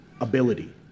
ability